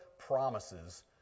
promises